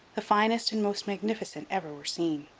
the finest and most magnificent ever were seen.